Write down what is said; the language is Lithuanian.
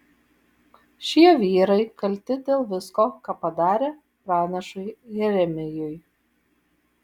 šie vyrai kalti dėl visko ką padarė pranašui jeremijui